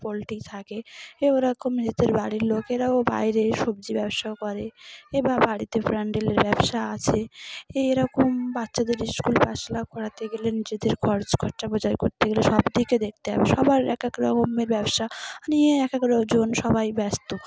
poultry থাকে এ ওরকম নিজেদের বাড়ির লোকেরাও বাইরে সবজি ব্যবসাও করে এ বা বাড়িতে প্যান্ডেলের ব্যবসা আছে এরকম বাচ্চাদের স্কুল পাশ লাভ করাতে গেলে নিজেদের খরচ খরচা বজায় করতে গেলে সব দিকে দেখতে হবে সবার এক এক রকমের ব্যবসা নিয়ে এক এক রকম সবাই ব্যস্ত